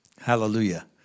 Hallelujah